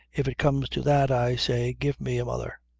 if it comes to that, i say, give me a mother.